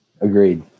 Agreed